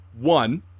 One